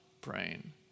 praying